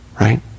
right